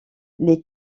les